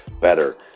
better